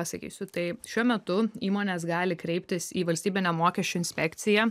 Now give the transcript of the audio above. pasakysiu tai šiuo metu įmonės gali kreiptis į valstybinę mokesčių inspekciją